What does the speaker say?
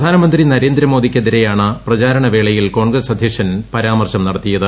പ്രധാനമന്ത്രി നരേന്ദ്രമോദി ക്കെതിരെയാണ് പ്രചാരിണ് വേളയിൽ കോൺഗ്രസ്സ് അധ്യക്ഷൻ പരാമർശം നടത്തിയത്